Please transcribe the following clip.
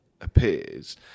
appears